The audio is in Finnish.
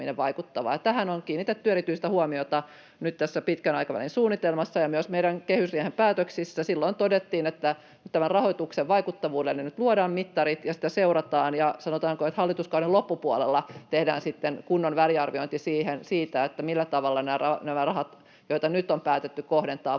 Tähän on kiinnitetty erityistä huomiota nyt tässä pitkän aikavälin suunnitelmassa, ja myös meidän kehysriihen päätöksissä todettiin, että tämän rahoituksen vaikuttavuudelle nyt luodaan mittarit ja sitä seurataan, ja sanotaanko, että hallituskauden loppupuolella tehdään sitten kunnon väliarviointi siitä, millä tavalla nämä rahat, joita nyt on päätetty kohdentaa, vaikuttavat.